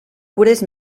cures